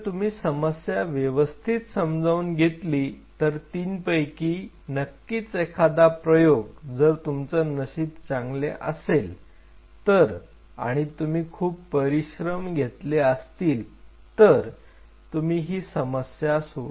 जर तुम्ही समस्या व्यवस्थित समजून घेतली तर तीन पैकी नक्कीच एखादा प्रयोग जर तुमचं नशीब चांगले असेल तर आणि तुम्ही खूप परिश्रम घेतले असतील तर तुम्ही ही समस्या सोडवू शकतो